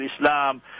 Islam